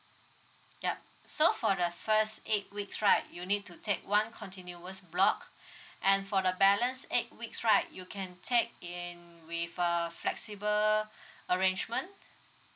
yup so for the first eight weeks right you need to take one continuous block and for the balance eight weeks right you can take in with a flexible arrangement